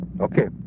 Okay